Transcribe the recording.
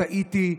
טעיתי",